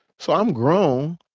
so i'm grown,